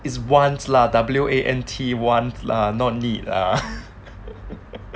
is want lah W A N Twant lah not need ah